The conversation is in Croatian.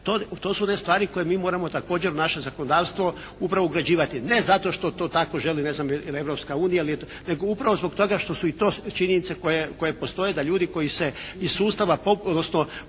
to su one stvari koje mi moramo također u naše zakonodavstvo upravo ugrađivati. Ne zato što to tako želi ne znam, ili Europska unija, nego upravo zbog toga što su i to činjenice koje postoje da ljudi koji se iz sustava, odnosno